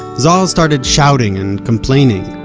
zohar started shouting and complaining.